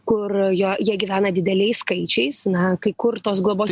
kur jo jie gyvena dideliais skaičiais na kai kur tos globos